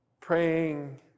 praying